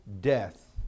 death